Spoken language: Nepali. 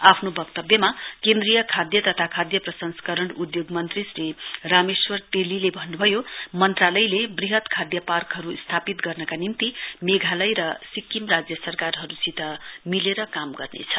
आफ्नो वक्तव्यमा केन्द्रीय खाद्य तथा खाद्य प्रसंस्करण उद्योग मन्त्री श्री रामेश्वर तेलीले भन्नुभयो मन्त्रालयले वृहत खाद्य पार्कहरू स्थापित गर्नका निम्ति मेघालय र सिक्किम राज्य सरकारहरूसित मिलेर काम गर्नेछ